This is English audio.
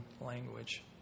language